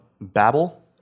Babel